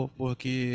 porque